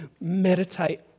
meditate